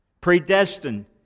predestined